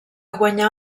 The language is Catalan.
guanyar